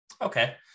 okay